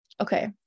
okay